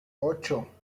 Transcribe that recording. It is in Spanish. ocho